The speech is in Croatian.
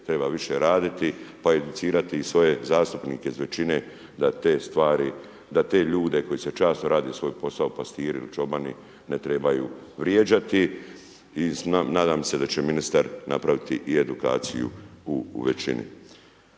treba više raditi pa educirati i svoje zastupnike iz većine da te ljude koji časno rade svoj posao, pastiri ili čobani, ne trebaju vrijeđati i nadam se da će ministar napraviti i edukaciju u većini.